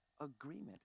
agreement